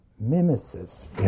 mimesis